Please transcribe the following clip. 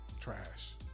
Trash